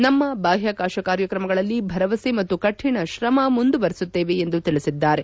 ನಮ್ಮ ಬಾಹ್ವಾಕಾಶ ಕಾರ್ಯಕ್ರಮಗಳಲ್ಲಿ ಭರವಸೆ ಮತ್ತು ಕಠಿಣ ಶ್ರಮ ಮುಂದುವರೆಸುತ್ತೇವೆ ಎಂದು ತಿಳಿಸಿದ್ದಾರೆ